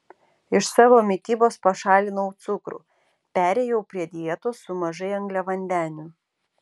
iš savo mitybos pašalinau cukrų perėjau prie dietos su mažai angliavandenių